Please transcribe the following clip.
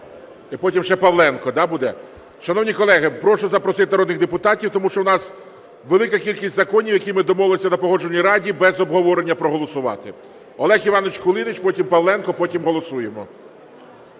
Потім ще Павленко, да, буде? Шановні колеги, прошу запросити народних депутатів, тому що у нас велика кількість законів, які ми домовились на Погоджувальній раді без обговорення проголосувати. Олег Іванович Кулініч. Потім – Павленко, потім – голосуємо.